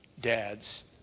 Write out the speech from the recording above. dads